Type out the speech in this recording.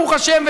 ברוך השם,